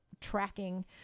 tracking